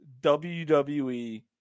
WWE